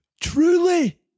Truly